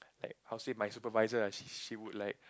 like how say my supervisor ah she she would like